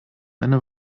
eine